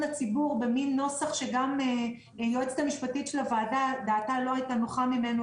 הציבור בנוסח שגם היועצת המשפטית של הוועדה דעתה לא הייתה נוחה ממנו,